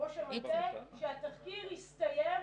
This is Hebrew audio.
ראש המטה שהתחקיר הסתיים.